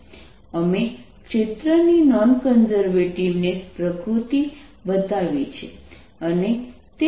અમે ક્ષેત્રની non conservativeness પ્રકૃતિ બતાવી છે